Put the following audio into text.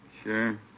Sure